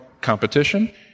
competition